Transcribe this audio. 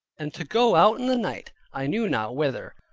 and to go out in the night, i knew not whither.